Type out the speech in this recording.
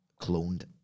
cloned